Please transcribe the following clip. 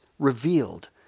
revealed